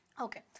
Okay